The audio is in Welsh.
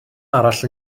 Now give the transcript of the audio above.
arall